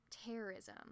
Terrorism